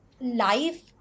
life